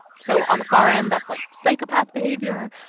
so on the far end, that's like psychopath behavior.